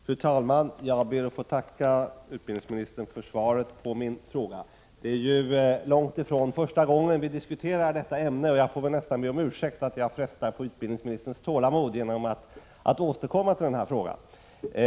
Fru talman! Jag ber att få tacka utbildningsministern för svaret på min fråga. Det är ju långt ifrån första gången vi diskuterar detta ämne, och jag får väl nästan be om ursäkt för att jag frestar utbildningsministerns tålamod genom att återkomma till frågan.